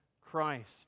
Christ